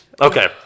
Okay